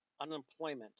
unemployment